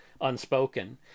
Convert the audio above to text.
unspoken